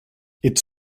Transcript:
its